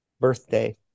birthday